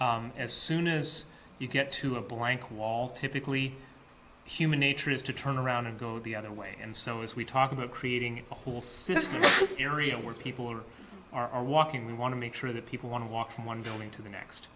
as soon as you get to a blank wall typically human nature is to turn around and go the other way and so as we talk about creating a whole system area where people are are walking we want to make sure that people want to walk from one building to the next